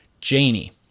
Janie